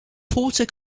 porter